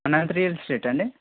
మైత్రి ఎస్టేటా అండి